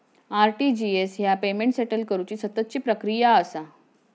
RTGS ह्या payment settle करुची सततची प्रक्रिया असा